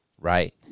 right